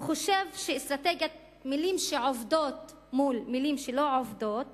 הוא חושב שאסטרטגיית מלים שעובדות מול מלים שלא עובדות